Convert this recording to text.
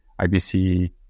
ibc